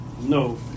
No